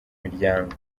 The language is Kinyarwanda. miryango